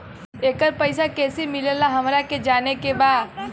येकर पैसा कैसे मिलेला हमरा के जाने के बा?